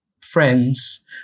friends